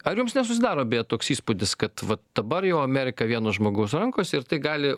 ar jums nesusidaro toks įspūdis kad va dabar jau amerika vieno žmogaus rankose ir tai gali